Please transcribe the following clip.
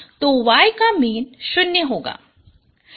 तो y का mean 0 होगा